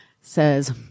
says